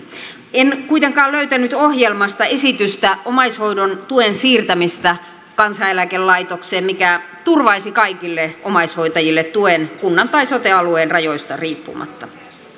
en kuitenkaan löytänyt ohjelmasta esitystä omaishoidon tuen siirtämisestä kansaneläkelaitokseen mikä turvaisi kaikille omaishoitajille tuen kunnan tai sote alueen rajoista riippumatta